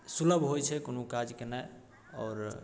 सुलभ होइत छै कोनो काज कयनाइ आओर